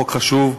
חוק חשוב,